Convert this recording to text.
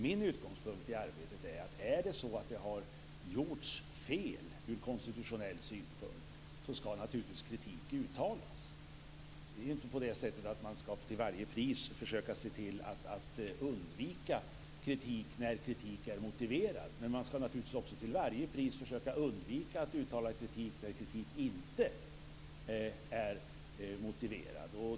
Min utgångspunkt i arbetet är, att om det har gjorts fel ur konstitutionell synpunkt ska naturligtvis kritik uttalas. Det är inte på det sättet att man till varje pris ska försöka se till att undvika kritik när kritik är motiverad. Men man ska naturligtvis också till varje pris försöka att undvika att uttala kritik när kritik inte är motiverad.